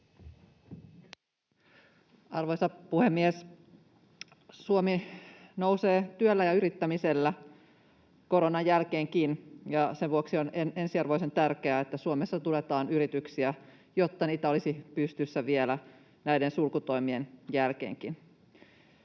Arvoisa puhemies! Suomi nousee työllä ja yrittämisellä koronan jälkeenkin, ja sen vuoksi on ensiarvoisen tärkeää, että Suomessa tuetaan yrityksiä, jotta niitä olisi pystyssä vielä näiden sulkutoimien jälkeenkin.